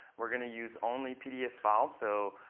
we're going to use only pdf files. so